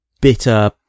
bitter